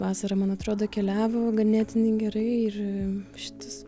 vasarą man atrodo keliavo ganėtinai gerai ir šitas